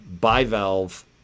bivalve